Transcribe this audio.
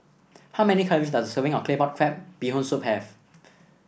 how many calories does a serving of Claypot Crab Bee Hoon Soup have